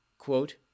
Quote